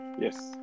Yes